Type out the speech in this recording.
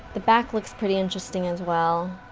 the back looks pretty interesting as well,